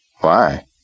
Why